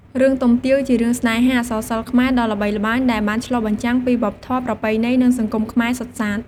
រឿងទុំទាវ ជារឿងស្នេហាអក្សរសិល្ប៍ខ្មែរដ៏ល្បីល្បាញ ដែលបានឆ្លុះបញ្ចាំងពីវប្បធម៌ ប្រពៃណី និងសង្គមខ្មែរសុទ្ធសាធ។